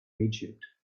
egypt